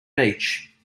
beach